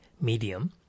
medium